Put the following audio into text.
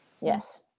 Yes